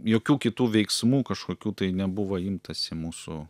jokių kitų veiksmų kažkokių tai nebuvo imtasi mūsų